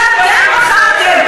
שאתם בחרתם,